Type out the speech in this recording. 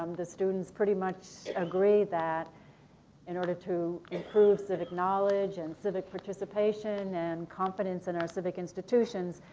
um the students pretty much agree that in order to improve civic knowledge and civic participation and confidence in our civic institutions,